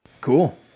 cool